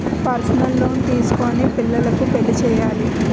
personal loan తీసుకొని పిల్లకు పెళ్లి చేయాలి